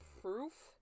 proof